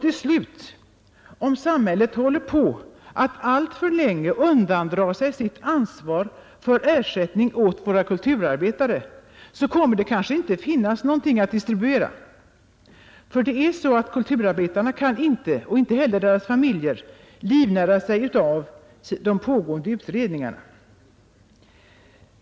Till slut, om samhället håller på att alltför länge undandra sig ansvaret för ersättning åt våra kulturarbetare, kommer det kanske inte att finnas något att distribuera. Kulturarbetarna och deras familjer kan inte livnära sig av de pågående utredningarna.